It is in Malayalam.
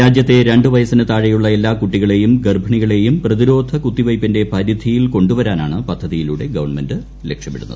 രാജ്യത്തെ രണ്ടു പ്യൂസ്സിന് താഴെയുള്ള എല്ലാ കുട്ടികളെയും ഗർഭിണികളെയുംപ്രതിർോധ കുത്തിവെയ്പ്പിന്റ പരിധിയിൽ കൊണ്ടുവരാനാണ് പദ്ധതിയിലൂട്ട് ഗ്രിവൺമെന്റ് ലക്ഷ്യമിടുന്നത്